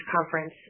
Conference